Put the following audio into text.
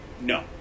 No